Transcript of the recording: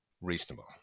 reasonable